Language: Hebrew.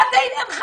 מה זה עניינך?